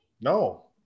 no